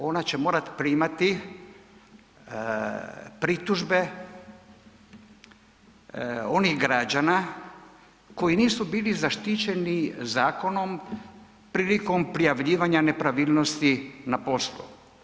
Ona će morati primati pritužbe onih građana koji nisu bili zaštićeni zakonom prilikom prijavljivanja nepravilnosti na poslu.